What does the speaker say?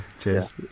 Cheers